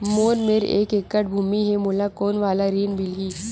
मोर मेर एक एकड़ भुमि हे मोला कोन वाला ऋण मिलही?